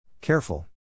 Careful